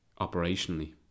operationally